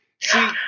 See